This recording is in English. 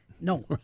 No